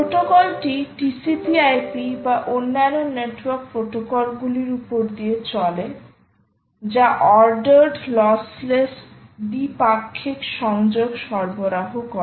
প্রোটোকলটি TCP IP বা অন্যান্য নেটওয়ার্ক প্রোটোকলগুলির উপর দিয়ে চলে যা অর্ডার্ড লস্সলেস দ্বিপাক্ষিক সংযোগ সরবরাহ করে